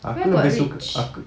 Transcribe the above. where got rich